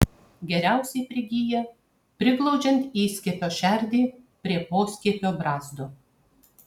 geriausiai prigyja priglaudžiant įskiepio šerdį prie poskiepio brazdo